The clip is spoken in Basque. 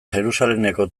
jerusalemeko